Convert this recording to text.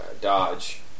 dodge